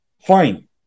fine